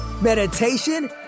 meditation